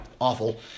awful